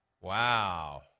Wow